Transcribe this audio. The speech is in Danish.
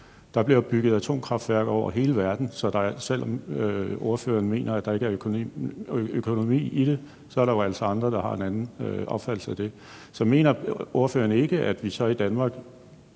Der bliver bygget atomkraftværker over hele verden, så selv om ordføreren mener, at der ikke er økonomi i det, er der altså andre, der har en anden opfattelse af det. Så mener ordføreren ikke, at vi så i Danmark,